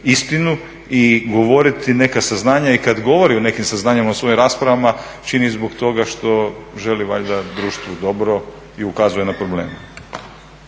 istinu i govoriti neka saznanja i kada govori o nekim saznanjima u svojim raspravama čini zbog toga što želi valjda društvu dobro i ukazuje na probleme.